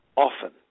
Often